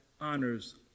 honors